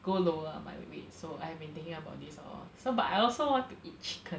go lower my weight so I've been thinking about this lor so but I also want to eat chicken